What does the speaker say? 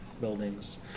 buildings